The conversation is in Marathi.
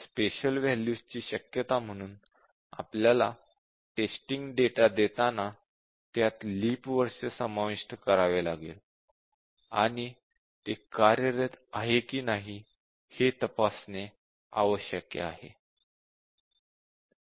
स्पेशल वॅल्यूज ची शक्यता म्हणून आपल्याला टेस्टिंग डेटा देताना त्यात लीप वर्ष समाविष्ट करावे लागेल आणि ते कार्यरत आहे की नाही हे तपासणे आवश्यक आहे